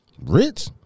rich